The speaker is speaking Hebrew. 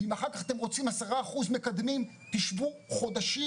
ואם אחר כך אתם רוצים 10% מקדמים תשבו חודשים,